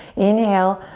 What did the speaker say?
inhale,